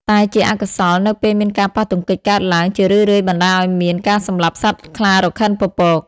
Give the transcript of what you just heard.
តែជាអកុសល នៅពេលមានការប៉ះទង្គិចកើតឡើងជារឿយៗបណ្តាលឲ្យមាន ការសម្លាប់សត្វខ្លារខិនពពក។